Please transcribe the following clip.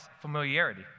familiarity